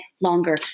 longer